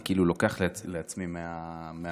אני כאילו לוקח לעצמי מהפואנטה,